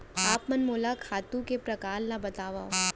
आप मन मोला खातू के प्रकार ल बतावव?